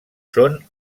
són